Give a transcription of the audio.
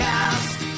Cast